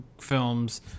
films